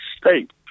state